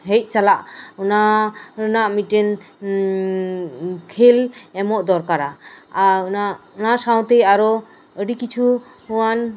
ᱦᱮᱡ ᱪᱟᱞᱟᱜ ᱚᱱᱟ ᱨᱮᱱᱟᱜ ᱢᱤᱫᱴᱮᱱ ᱠᱷᱮᱞ ᱮᱢᱚᱜ ᱫᱚᱨᱠᱟᱨᱟ ᱟᱨ ᱚᱱᱟ ᱥᱟᱶᱛᱮ ᱟᱨᱚ ᱟᱹᱰᱤ ᱠᱤᱪᱷᱩ ᱳᱭᱟᱱ